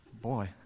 boy